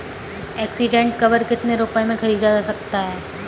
Accident cover कितने रुपए में खरीदा जा सकता है?